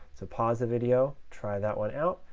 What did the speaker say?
so pause a video. try that one out,